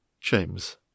James